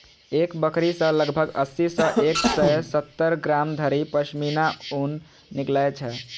एक बकरी सं लगभग अस्सी सं एक सय सत्तर ग्राम धरि पश्मीना ऊन निकलै छै